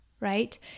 right